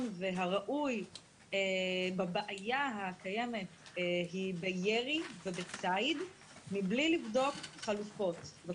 והראוי בבעיה הקיימת היא בירי ובציד מבלי לבדוק חלופות.